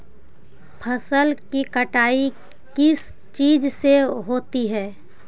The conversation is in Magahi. फसल की कटाई किस चीज से होती है?